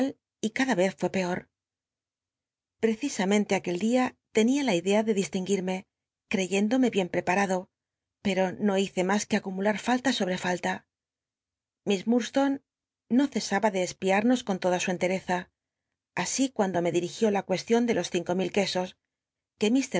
y cada vez fué peot p ccis uuenle aquel día ten ia la idea de distinguirme creyéndome bien prcpamdo pcto no hice mas que acumular fa lla sobre falla miss iiurdstone no cesaba de espiamos con igió la cucstoda su entereza así cuando me dirigió la de los cinco mil quesos r